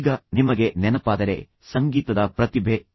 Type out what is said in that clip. ಈಗ ನಿಮಗೆ ನೆನಪಾದರೆ ಸಂಗೀತದ ಪ್ರತಿಭೆ ಎ